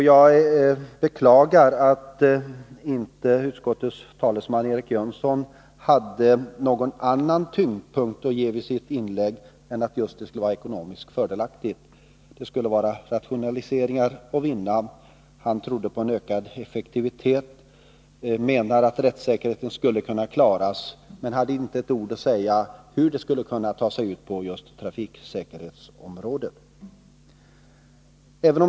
Jag beklagar att utskottets talesman Eric Jönsson inte hade något annat att säga i sitt inlägg än att det skulle vara ekonomiskt fördelaktigt på grund av rationaliseringar. Han trodde på större effektivitet och menade att rättssäkerheten skulle kunna klaras. Men han hade inte ett ord att säga om hur det skulle bli på just trafiksäkerhetsområdet.